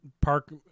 park